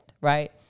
right